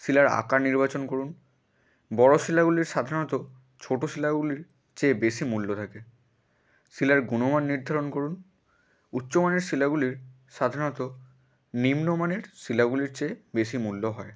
শিলার আকার নির্বাচন করুন বড়ো শিলাগুলির সাধারণত ছোটো শিলাগুলির চেয়ে বেশি মূল্য থাকে শিলার গুণমান নির্ধারণ করুন উচ্চমানের শিলাগুলির সাধারণত নিম্নমানের শিলাগুলির চেয়ে বেশি মূল্য হয়